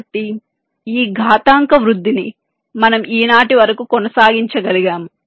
కాబట్టి ఈ ఘాతాంక వృద్ధిని మనము ఈనాటి వరకు కొనసాగించగలిగాము